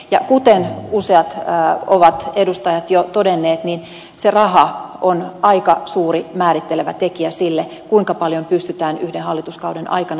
ja kuten useat edustajat ovat jo todenneet se raha on aika suuri määrittelevä tekijä sille kuinka paljon pystytään yhden hallituskauden aikana tekemään